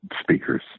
speakers